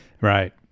right